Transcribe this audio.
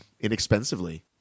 inexpensively